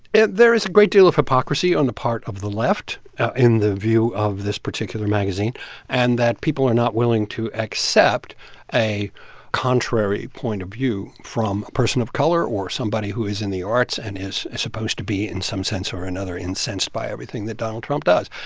and there is a great deal of hypocrisy on the part of the left in the view of this particular magazine and that people are not willing to accept a contrary point of view from a person of color or somebody who is in the arts and is supposed to be, in some sense or or another, incensed by everything that donald trump does,